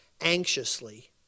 anxiously